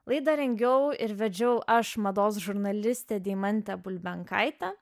laidą rengiau ir vedžiau aš mados žurnalistė deimantė bulbenkaitė